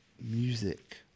music